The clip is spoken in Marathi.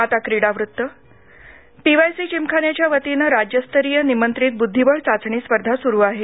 आता क्रीडा वृत्त बुद्धीबळ पीवायसी जिमखानाच्या वतीनं राज्यस्तरीय निमंत्रित बुद्धीबळ चाचणी स्पर्धा सुरु आहे